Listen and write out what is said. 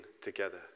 together